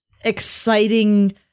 exciting